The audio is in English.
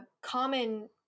common